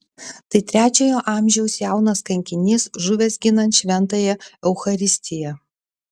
tai trečiojo amžiaus jaunas kankinys žuvęs ginant šventąją eucharistiją